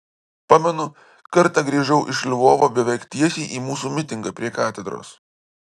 pamenu kartą grįžau iš lvovo beveik tiesiai į mūsų mitingą prie katedros